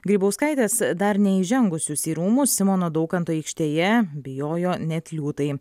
grybauskaitės dar neįžengusius į rūmus simono daukanto aikštėje bijojo net liūtai